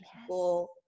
people